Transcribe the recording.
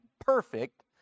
perfect